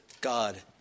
God